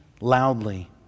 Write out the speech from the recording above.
loudly